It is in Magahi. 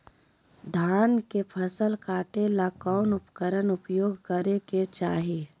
धान के फसल काटे ला कौन उपकरण उपयोग करे के चाही?